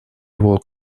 его